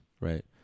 right